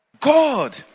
God